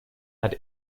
had